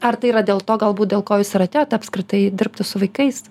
ar tai yra dėl to galbūt dėl ko jūs ir atėjot apskritai dirbti su vaikais